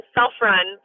Self-run